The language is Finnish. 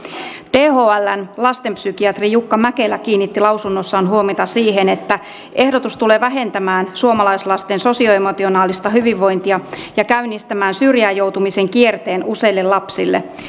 thln lastenpsykiatri jukka mäkelä kiinnitti lausunnossaan huomiota siihen että ehdotus tulee vähentämään suomalaislasten sosioemotionaalista hyvinvointia ja käynnistämään syrjään joutumisen kierteen useille lapsille